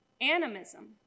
animism